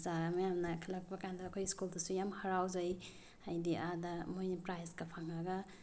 ꯑꯣꯖꯥ ꯃꯌꯥꯝꯅ ꯈꯜꯂꯛꯄ ꯀꯥꯟꯗ ꯑꯩꯈꯣꯏ ꯁ꯭ꯀꯨꯜꯗꯨꯁꯨ ꯌꯥꯝ ꯍꯔꯥꯎꯖꯩ ꯍꯥꯏꯗꯤ ꯑꯥꯗ ꯃꯣꯏꯅ ꯄ꯭ꯔꯥꯏꯖꯀ ꯐꯪꯉꯒ